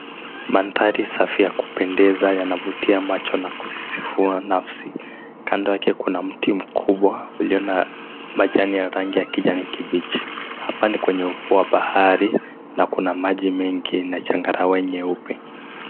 Mandhari safi ya kupendeza yanavutia macho na kusisifua nafsi. Kando yake kuna mti mkubwa ulio na majani ya rangi ya kijani kibichi. Hapa ni kwenye ufuo wa bahari na Kuna maji mengi na changarawe nyeupe.